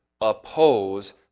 oppose